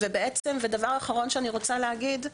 דבר אחרון שאני רוצה להגיד,